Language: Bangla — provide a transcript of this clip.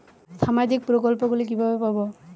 সামাজিক প্রকল্প গুলি কিভাবে পাব?